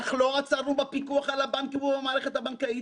אך לא עצרנו בפיקוח על הבנקים ובמערכת הבנקאית.